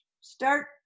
start